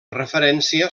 referència